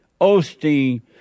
Osteen